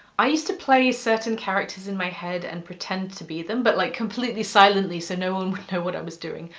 i used to play certain characters in my head and pretend to be them, but like completely silently so no one would know what i was doing.